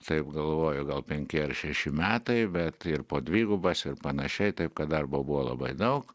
taip galvoju gal penki ar šeši metai bet ir po dvigubas ir panašiai taip kad darbo buvo labai daug